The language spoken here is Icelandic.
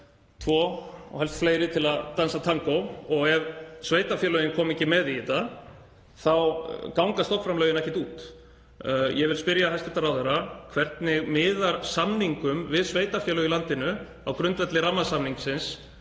og helst fleiri til að dansa tangó og ef sveitarfélögin koma ekki með í þetta þá ganga stofnframlögin ekkert út. Ég vil spyrja hæstv. ráðherra: Hvernig miðar samningum við sveitarfélög í landinu á grundvelli rammasamningsins